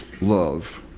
love